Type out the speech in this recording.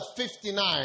59